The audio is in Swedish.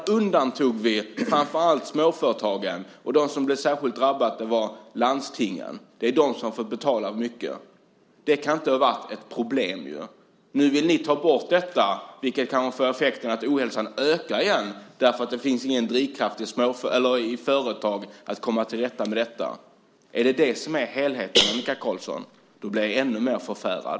Vi undantog framför allt småföretagen. De som särskilt drabbades var landstingen. Det är de som har fått betala mycket. Det kan inte ha varit ett problem. Nu vill ni ta bort detta, vilket kan få effekten att ohälsan återigen ökar därför att det inte finns någon drivkraft i företagen för att komma till rätta med detta. Om det är det här som är helheten, Annika Qarlsson, blir jag ännu mer förfärad.